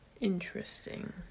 Interesting